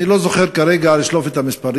אני לא זוכר כרגע את המספרים,